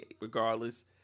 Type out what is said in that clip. regardless